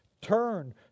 turn